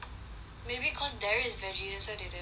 maybe cause derrick is vege~ that's why they didn't buy